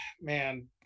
man